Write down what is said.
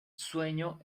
sueño